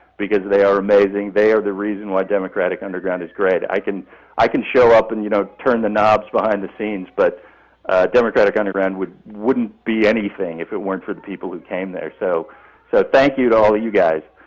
because they are amazing. they are the reason why democratic underground is great. i can i can show up and, you know, turn the knobs behind the scenes, but democratic underground wouldn't be anything if it weren't for the people who came there. so so thank you to all you guys.